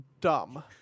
dumb